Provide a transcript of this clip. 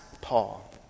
Paul